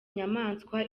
inyamaswa